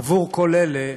עבור כל אלה,